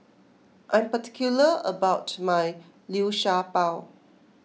I am particular about my Liu Sha Bao